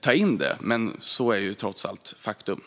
ta in det, men det är trots allt ett faktum.